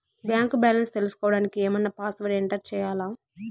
Bank balance తెలుసుకోవడానికి ఏమన్నా password enter చేయాలా?